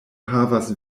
havas